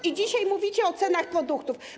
I dzisiaj mówicie o cenach produktów.